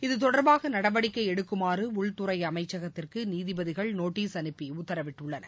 இது தொடர்பாக நடவடிக்கை எடுக்குமாறு உள்துறை அமைச்சகத்துக்கு நீதிபதிகள் நோட்டீஸ் அனுப்பி உத்தரவிட்டுள்ளனர்